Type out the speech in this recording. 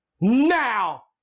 Now